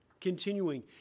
Continuing